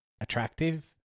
attractive